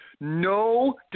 No